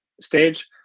stage